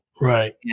Right